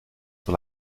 sur